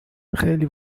خیلی